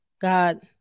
God